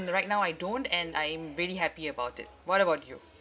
then right now I don't and I'm really happy about it what about you